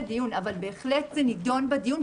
אבל בהחלט זה נידון בדיון,